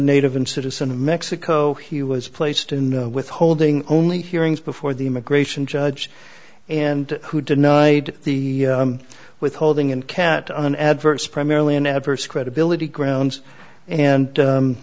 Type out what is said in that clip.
native and citizen of mexico he was placed in withholding only hearings before the immigration judge and who denied the withholding in cat on adverse primarily an adverse credibility grounds and